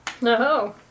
No